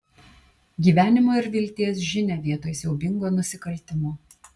gyvenimo ir vilties žinią vietoj siaubingo nusikaltimo